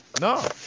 No